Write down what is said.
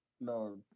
No